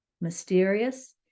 mysterious